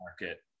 market